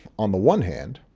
on the one hand,